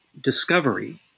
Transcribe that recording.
Discovery